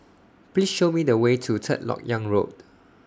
Please Show Me The Way to Third Lok Yang Road